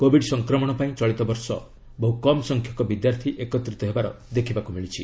Covid ସଫ୍ରମଣ ପାଇଁ ଚଳିତବର୍ଷ ବହୁ କମ୍ ସଂଖ୍ୟକ ବିଦ୍ୟାର୍ଥୀ ଏକତ୍ରିତ ହେବାର ଦେଖିବାକୁ ମିଳିଛି